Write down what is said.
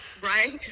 Right